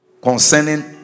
concerning